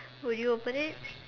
would you open it